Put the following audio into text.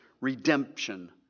redemption